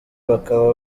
bakaba